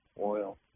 oil